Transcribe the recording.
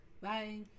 Bye